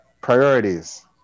Priorities